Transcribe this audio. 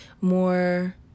more